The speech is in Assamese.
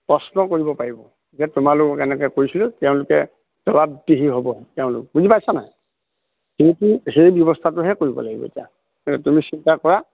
প্ৰশ্ন কৰিব পাৰিব যে তোমালোকক এনেকে কৰিছিলোঁ তেওঁলোকে জবাব দেহি হ'ব তেওঁলোক বুজি পাইছ নাই কিন্তু সেই ব্যৱস্থাটোহে কৰিব লাগিব এতিয়া তুমি চিন্তা কৰা